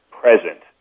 present